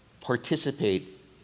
participate